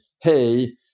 hey